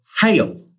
hail